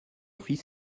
fils